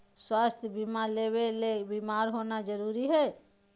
स्वास्थ्य बीमा लेबे ले बीमार होना जरूरी हय?